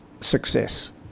success